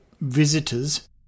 visitors